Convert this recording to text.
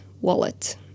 wallet